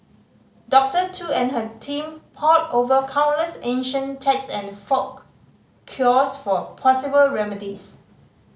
Doctor Tu and her team pored over countless ancient text and folk cures for possible remedies